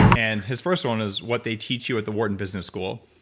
and his first one is what they teach you at the wharton business school.